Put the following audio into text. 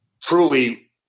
truly